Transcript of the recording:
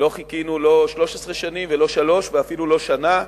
ולא חיכינו לא 13 שנה ולא שלוש ואפילו לא שנה,